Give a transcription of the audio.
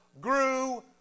grew